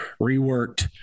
reworked